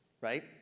right